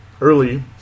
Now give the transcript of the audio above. early